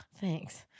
Thanks